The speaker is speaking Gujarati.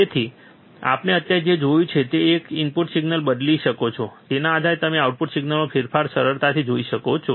તેથી આપણે અત્યાર સુધી જે જોયું છે તે છે કે તમે ઇનપુટ સિગ્નલ બદલી શકો છો અને તેના આધારે તમે આઉટપુટ સિગ્નલમાં ફેરફાર સરળતાથી જોઈ શકો છો